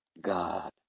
God